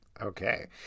Okay